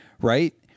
right